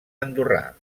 andorrà